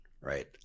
right